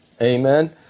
Amen